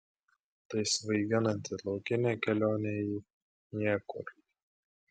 tai svaiginanti laukinė kelionė į niekur